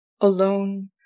alone